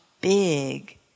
big